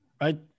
right